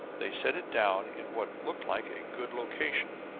they set it down in what looked like a good location,